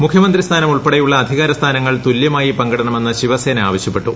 മുഖ്യമന്ത്രി സ്ഥാനം ഉൾപ്പെടെയുള്ള അധികാര സ്ഥാനങ്ങൾ തുല്യമായി പങ്കിടണമെന്ന് ശിവസേന ആവശ്യപ്പെട്ടു